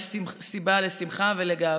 יש סיבה לשמחה ולגאווה.